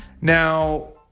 Now